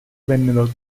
vennero